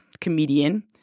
comedian